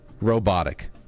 robotic